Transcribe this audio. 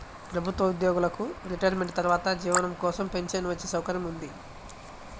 ప్రభుత్వ ఉద్యోగులకు రిటైర్మెంట్ తర్వాత జీవనం కోసం పెన్షన్ వచ్చే సౌకర్యం ఉంది